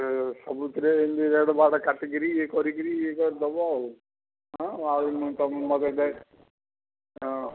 ସବୁଥିରେ ଏମିତି ରେଟ୍ବାଟ୍ କାଟିକିରି ଇଏ କରିକିରି ଇଏ କରି ଦେବ ଆଉ ହଁ ଆଉ ତ ମୋତେ ହଁ